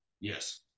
Yes